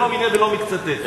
לא מיניה ולא מקצתיה.